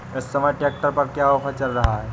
इस समय ट्रैक्टर पर क्या ऑफर चल रहा है?